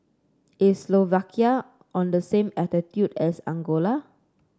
is Slovakia on the same latitude as Angola